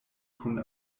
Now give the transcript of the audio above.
kun